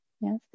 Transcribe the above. Yes